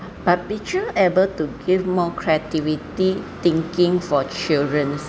but picture able to give more creativity thinking for children